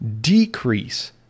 decrease